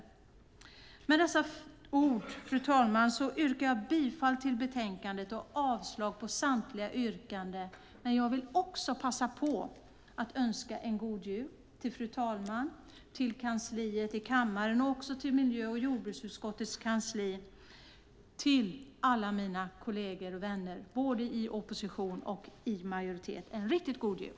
Fru talman! Jag yrkar bifall till förslaget i betänkandet och avslag på samtliga reservationer. Jag vill också passa på att önska god jul till fru talmannen, kammarens kansli och till miljö och jordbruksutskottets kansli. Till alla mina kolleger och vänner i opposition och i majoritet en riktigt god jul!